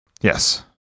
Yes